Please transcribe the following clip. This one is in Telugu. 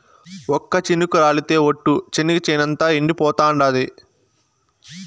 ఒక్క చినుకు రాలితె ఒట్టు, చెనిగ చేనంతా ఎండిపోతాండాది